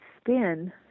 spin